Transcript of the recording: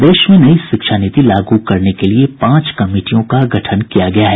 प्रदेश में नई शिक्षा नीति लागू करने के लिए पांच कमिटियों का गठन किया गया है